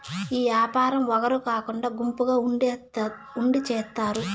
ఈ యాపారం ఒగరు కాకుండా గుంపుగా ఉండి చేత్తారు